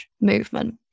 movement